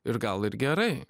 ir gal ir gerai